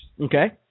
Okay